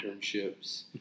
internships